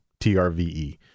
T-R-V-E